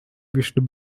wished